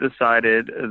decided